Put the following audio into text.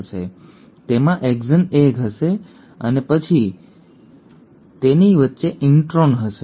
અને પછી તેમાં આગામી એક્ઝન આવશે જે એક્ઝન 2 છે અને પછી તમને 3 પ્રાઇમ છેડે પોલી એ પૂંછડી હોય છે